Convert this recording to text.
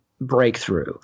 breakthrough